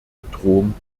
bedrohung